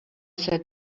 sat